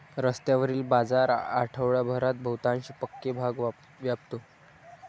रस्त्यावरील बाजार आठवडाभरात बहुतांश पक्के भाग व्यापतो